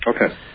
okay